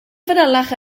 fanylach